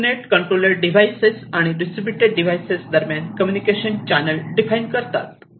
हे Profinet controller device आणि distributed devices दरम्यान कम्युनिकेशन चॅनेल डिफाइन करतात